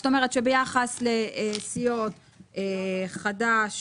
זאת אומרת שביחס לסיעות חד"ש,